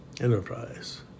enterprise